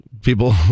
People